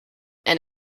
and